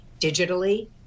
digitally